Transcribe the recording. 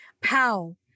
pow